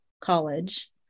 college